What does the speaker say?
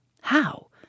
How